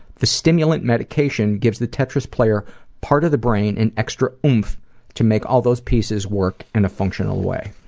the stimulant medication gives the tetris player part of the brain an extra oomph to make all those pieces work in a functional way.